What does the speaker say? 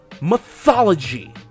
mythology